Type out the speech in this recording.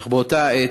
אך באותה העת,